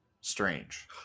strange